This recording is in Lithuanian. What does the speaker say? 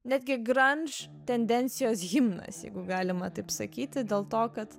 netgi grandž tendencijos himnas jeigu galima taip sakyti dėl to kad